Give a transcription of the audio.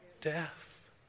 death